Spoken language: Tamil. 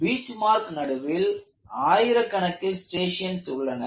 பீச்மார்க் நடுவில் ஆயிரக்கணக்கில் ஸ்ட்ரியேஷன்ஸ் உள்ளன